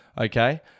Okay